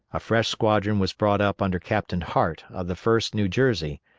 a fresh squadron was brought up under captain hart of the first new jersey,